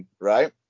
right